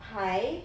high